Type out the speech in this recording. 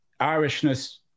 Irishness